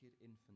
infant